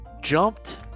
jumped